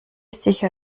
sicher